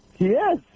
Yes